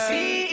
See